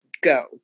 go